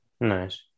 Nice